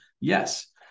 yes